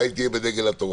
אולי היא תהיה בדגל התורה,